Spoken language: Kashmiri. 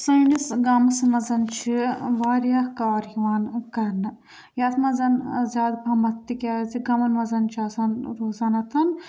سٲنِس گامَس منٛز چھِ واریاہ کار یِوان کَرنہٕ یَتھ منٛز زیادٕ پَہمَتھ تِکیٛازِ گامَن منٛز چھِ آسان روزان